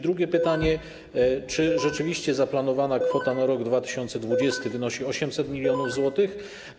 Drugie pytanie: Czy rzeczywiście zaplanowana kwota na rok 2020 wynosi 800 mln zł?